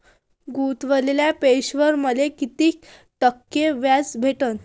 गुतवलेल्या पैशावर मले कितीक टक्के व्याज भेटन?